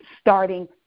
starting